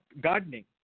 gardening